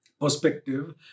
perspective